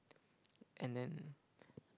and then